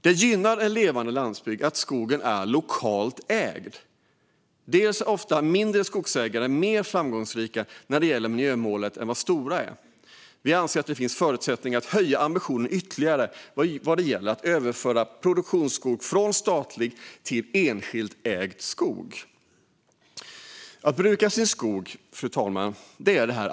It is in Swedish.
Det gynnar en levande landsbygd att skogen är lokalt ägd. Mindre skogsägare är ofta mer framgångsrika när det gäller miljömålet än vad stora skogsägare är. Vi anser att det finns förutsättningar att höja ambitionen ytterligare vad gäller att överföra produktionsskog från statlig skog till enskilt ägd skog. Att bruka sin skog är ett ansvar, fru talman.